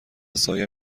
سایه